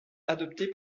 adoptés